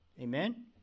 Amen